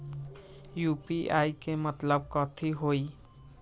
UPI के मतलब कथी होई?